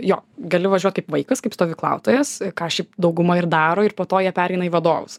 jo gali važiuot kaip vaikas kaip stovyklautojas ką šiaip dauguma ir daro ir po to jie pereina į vadovus